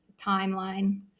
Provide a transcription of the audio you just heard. timeline